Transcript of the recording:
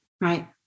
Right